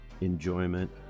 enjoyment